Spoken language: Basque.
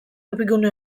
webgune